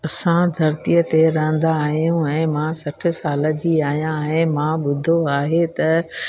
असां धरतीअ ते रहंदा आहियूं ऐं मां सठि साल जी आहियां ऐं मां ॿुधो आहे त